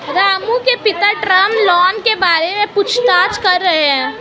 रामू के पिता term loan के बारे में पूछताछ कर रहे थे